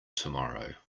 tomorrow